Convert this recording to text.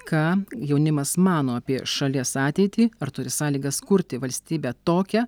ką jaunimas mano apie šalies ateitį ar turi sąlygas kurti valstybę tokią